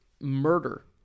murder